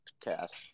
cast